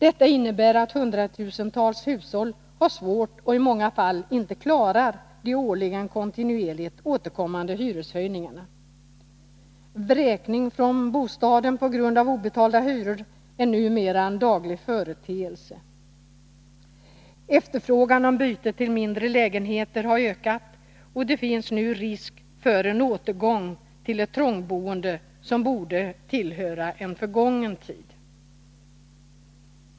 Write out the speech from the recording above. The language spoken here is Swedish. Detta innebär att hundratusentals hushåll har svårt att klara och i många fall inte klarar de årligen återkommande hyreshöjningarna. Vräkning från bostaden på grund av obetalda hyror är numera en daglig företeelse. Efterfrågan på byte till mindre lägenheter har ökat, och det finns nu risk för en återgång till ett trångboende, som borde tillhöra en förgången tid.